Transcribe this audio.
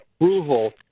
approval